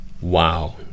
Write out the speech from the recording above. Wow